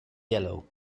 yellow